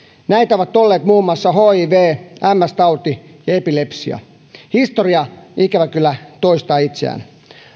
näitä ovat olleet muun muassa hiv ms tauti ja epilepsia historia ikävä kyllä toistaa itseään